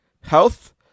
health